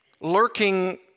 lurking